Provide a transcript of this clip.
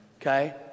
Okay